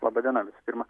laba diena visų pirma